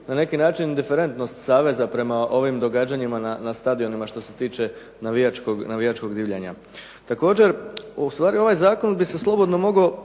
na neki način indiferentnost saveza prema ovim događanjima na stadionima što se tiče navijačkog divljanja. Također, ustvari ovaj zakon bi se slobodno mogao